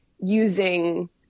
using